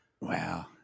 wow